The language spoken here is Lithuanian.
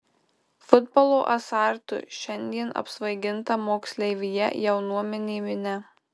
futbolo azartu šiandien apsvaiginta moksleivija jaunuomenė minia